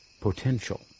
potential